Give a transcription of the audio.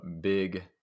big